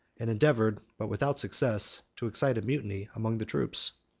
and endeavored, but without success, to excite a mutiny among the troops.